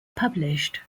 published